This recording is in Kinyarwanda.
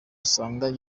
usanga